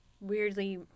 weirdly